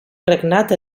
regnat